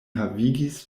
havigis